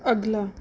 ਅਗਲਾ